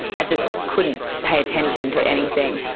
i just couldn't pay attention to anything,